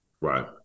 Right